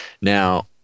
Now